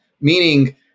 meaning